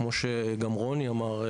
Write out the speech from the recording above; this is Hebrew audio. כמו שרוני אמר,